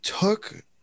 took